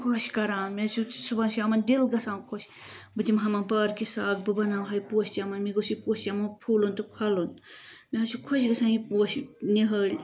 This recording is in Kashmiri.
خۄش کَران مےٚ حظ چھُ صُبحس شامن دِل گَژھان خۄش بہٕ دِمہٕ پا پارکہِ سَگ بہٕ بناوہا یہِ پوشہِ چَمَن مےٚ گوٚژھ یہِ پوشہِ چَمَن پھۄلُن تہٕ پھۄلُن مےٚ حظ چھُ خۄش گَژھان یہِ پوش نِہٲلۍ